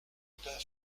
pain